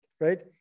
right